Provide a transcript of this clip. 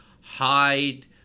hide